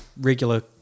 regular